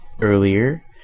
earlier